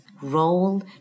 role